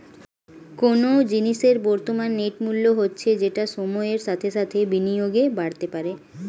কোনো জিনিসের বর্তমান নেট মূল্য হচ্ছে যেটা সময়ের সাথে সাথে বিনিয়োগে বাড়তে পারে